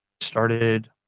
started